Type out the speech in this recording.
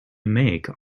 make